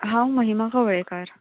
हांव महिमा कवळेकार